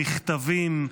מכתבים,